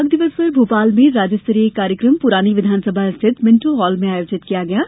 बाघ दिवस पर भोपाल में राज्यस्तरीय कार्यक्रम पुरानी विधानसभा स्थित मिण्टो हाल में आयोजित किया जा रहा है